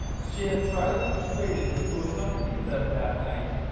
she had tried to per suade him to accompany them that night,